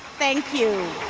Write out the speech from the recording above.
thank you.